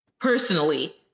personally